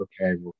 okay